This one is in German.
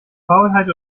faulheit